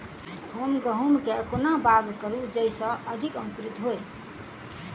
हम गहूम केँ कोना कऽ बाउग करू जयस अधिक अंकुरित होइ?